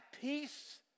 peace